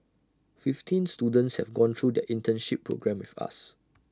fifteen students have gone through their internship programme with us